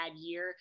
year